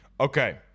Okay